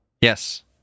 Yes